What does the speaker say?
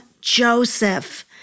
Joseph